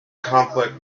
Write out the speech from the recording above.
conflict